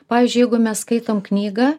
pavyzdžiui jeigu mes skaitom knygą